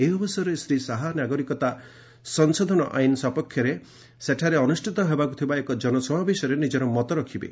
ଏହି ଅବସରରେ ଶ୍ରୀ ଶାହା ନାଗରିକତା ସଂଶୋଧନ ଆଇନ ସପକ୍ଷରେ ସେଠାରେ ଅନୁଷ୍ଠିତ ହେବାକୁ ଥିବା ଏକ ଜନସମାବେଶରେ ନିଜର ମତ ରଖିବେ